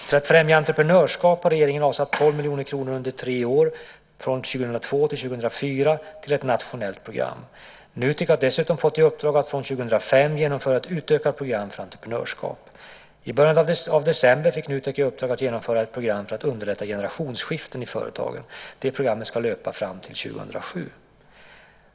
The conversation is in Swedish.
För att främja entreprenörskap har regeringen avsatt 12 miljoner kronor under tre år - från 2002 till 2004 - till ett nationellt program. Nutek har dessutom fått i uppdrag att från 2005 genomföra ett utökat program för entreprenörskap. I början av december fick Nutek i uppdrag att genomföra ett program för att underlätta generationsskiften i företag. Det programmet ska löpa fram till år 2007.